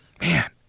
man